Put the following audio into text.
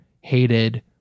hated